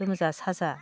लोमजा साजा